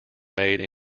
made